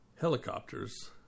helicopters